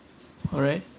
all right